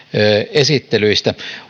esittelyistä